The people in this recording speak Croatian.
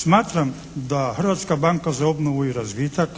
Smatram da Hrvatska banka za obnovu i razvitak